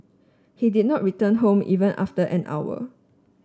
he did not return home even after an hour